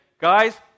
guys